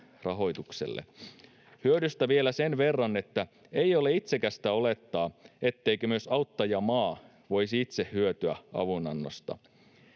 rahoitukselle. Hyödystä vielä sen verran, että ei ole itsekästä olettaa, etteikö myös auttajamaa voisi itse hyötyä avunannosta.